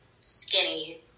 skinny